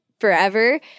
forever